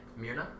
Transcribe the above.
Mirna